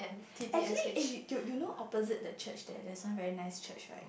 actually eh you you know opposite the church there there's some very nice church right